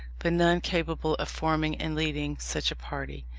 but none capable of forming and leading such a party.